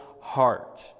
heart